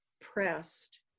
pressed